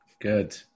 Good